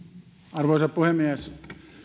arvoisa puhemies